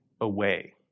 away